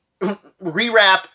rewrap